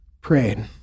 prayed